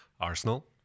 Arsenal